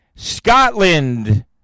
Scotland